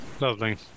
Lovely